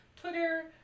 Twitter